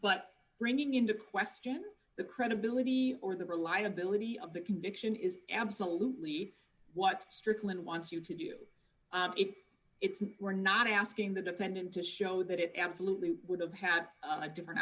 but bringing into question the credibility or the reliability of the conviction is absolutely what strickland wants you to do it it's we're not asking the defendant to show that it absolutely would have had a different